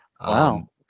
Wow